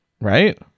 right